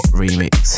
remix